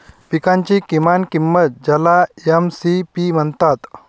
पिकांची किमान किंमत ज्याला एम.एस.पी म्हणतात